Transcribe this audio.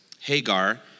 Hagar